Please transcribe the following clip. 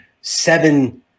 seven